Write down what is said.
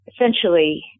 essentially